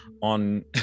on